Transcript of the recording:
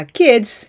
kids